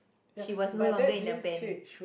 she was no longer in the band